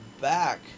back